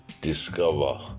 Discover